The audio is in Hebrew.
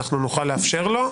נוכל לאפשר לו,